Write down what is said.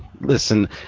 Listen